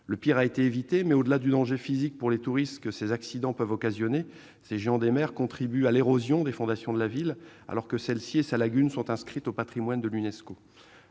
Le pire a été évité, mais, au-delà du danger physique que ces accidents peuvent occasionner pour les touristes, ces géants des mers contribuent à l'érosion des fondations de la ville, alors que celle-ci et sa lagune sont inscrites au patrimoine mondial